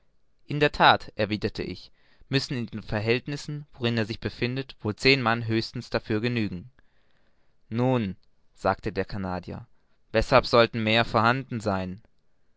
in der that erwiderte ich müssen in den verhältnissen worin er sich befindet wohl zehn mann höchstens dafür genügen nun sagte der canadier weshalb sollten mehr vorhanden sein